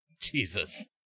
Jesus